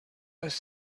les